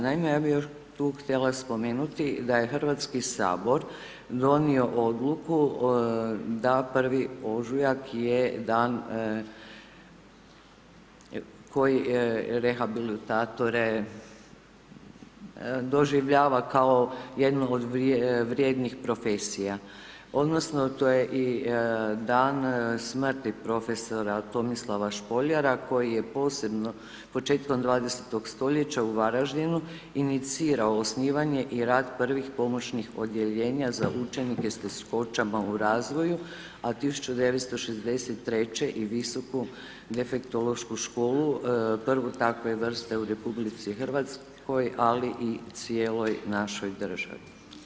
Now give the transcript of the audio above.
Naime, ja bi još tu htjela spomenuti da je HS donio odluku da 1. ožujak je dan koji rehabilitatore doživljava kao jednu od vrijednih profesija odnosno to je i dan smrti prof. Tomislava Špoljara koji je posebno početkom 20. stoljeća u Varaždinu inicirao osnivanje i rad prvih pomoćnih odjeljenja za učenike s teškoćama u razvoju, a 1963.-će i Visoku defektološku školu, prvu takve vrste u RH, ali i cijeloj našoj državi.